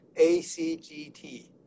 ACGT